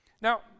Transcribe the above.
Now